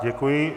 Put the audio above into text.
Děkuji.